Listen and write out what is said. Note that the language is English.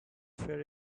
fair